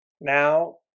now